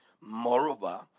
Moreover